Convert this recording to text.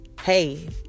hey